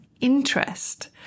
interest